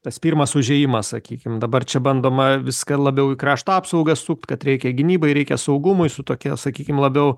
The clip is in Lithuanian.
tas pirmas užėjimas sakykim dabar čia bandoma viską labiau į krašto apsaugą sukt kad reikia gynybai reikia saugumui su tokia sakykim labiau